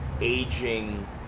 aging